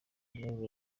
nibo